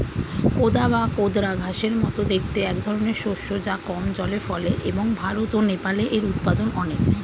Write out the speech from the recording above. কোদা বা কোদরা ঘাসের মতো দেখতে একধরনের শস্য যা কম জলে ফলে এবং ভারত ও নেপালে এর উৎপাদন অনেক